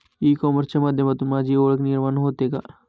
E कॉमर्सच्या माध्यमातून माझी ओळख निर्माण होते का?